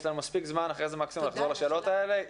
יש לנו מספיק זמן אחר כך ונוכל לחזור לשאלות האלה.